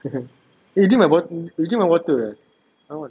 eh you drink my bot~ you drink my water ah